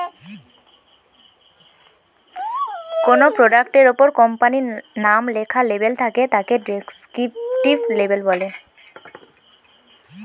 কোনো প্রোডাক্ট এর উপর কোম্পানির নাম লেখা লেবেল থাকে তাকে ডেস্ক্রিপটিভ লেবেল বলে